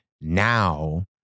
now